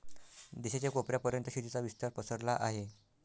देशाच्या कोपऱ्या पर्यंत शेतीचा विस्तार पसरला आहे